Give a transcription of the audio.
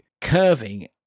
curving